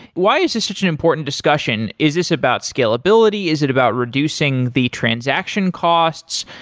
why is this such an important discussion? is this about scalability? is it about reducing the transaction cost?